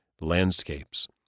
landscapes